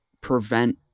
prevent